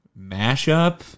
mashup